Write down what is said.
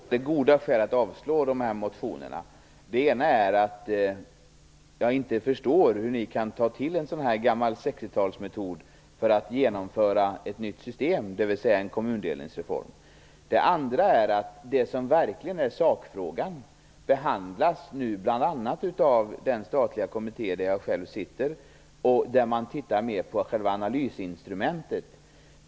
Fru talman! Jag tycker att vi har två goda skäl att avslå motionerna. Det ena är att jag inte förstår hur ni kan ta till en sådan här gammal 60-talsmetod för att genomföra ett nytt system, d.v.s. en kommundelningsreform. Det andra är att det som verkligen är sakfrågan nu behandlas bl.a. av den statliga kommitté där jag själv sitter och där man mer tittar på själva analysinstrumentet.